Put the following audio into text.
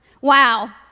Wow